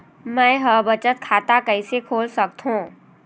मै ह बचत खाता कइसे खोल सकथों?